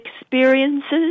experiences